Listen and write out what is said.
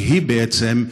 והיא בעצם,